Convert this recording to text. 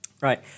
Right